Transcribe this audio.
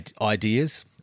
ideas